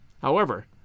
However